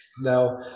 Now